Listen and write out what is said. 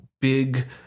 big